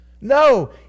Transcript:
No